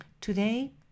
Today